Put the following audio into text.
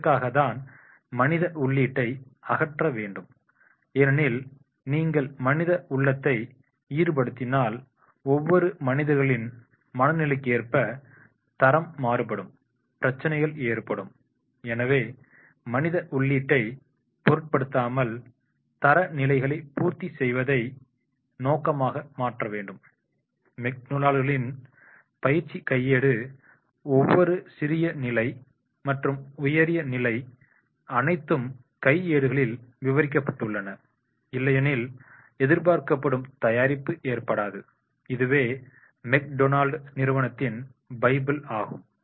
இதற்காகத்தான் மனித உள்ளீட்டை அகற்ற வேண்டும் ஏனெனில் நீங்கள் மனித உள்ளத்தை ஈடுபடுத்தினால் ஒவ்வொரு மனிதர்களின் மனநிலைக்கேற்ப தரம் மாறுபடும் பிரச்சனைகள் ஏற்படும் எனவே மனித உள்ளீட்டை பொருட்படுத்தாமல் தரநிலைகளை பூர்த்தி செய்வதை நோக்கமாக மாற்ற வேண்டும் மெக்டொனால்டுகளின் பயிற்சி கையேடு ஒவ்வொரு சிறியநிலை மற்றும் உயர்நிலை அனைத்தும் கை ஏடுகளில் விவரிக்கப்பட்டுள்ளன இல்லையெனில் எதிர்பார்க்கப்படும் தயாரிப்பு ஏற்படாது இதுவே மெக்டொனால்ட் நிறுவனத்தின் பைபிள் ஆகும்